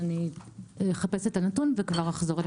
אני אחפש את הנתון וכבר אחזור אליכם.